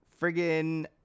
Friggin